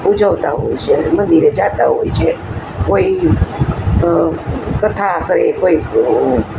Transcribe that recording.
ઊજવતાં હોય છે અને મંદિરે જતા હોય છે કોઈ કથા કરે કોઈ